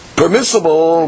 permissible